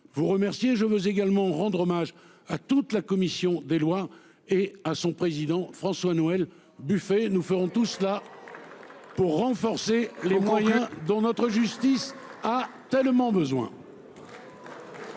je veux également rendre hommage à toute la commission des lois et à son président François Noël Buffet nous ferons tout cela. Pour renforcer les moyens dont notre justice a tellement besoin.